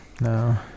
No